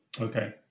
Okay